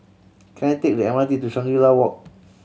can I take the M R T to Shangri La Walk